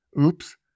Oops